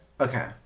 Okay